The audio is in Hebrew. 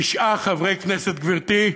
תשעה חברי כנסת, גברתי,